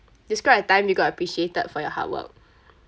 describe a time you got appreciated for your hard work